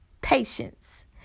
patience